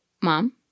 Mom